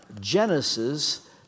Genesis